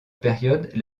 période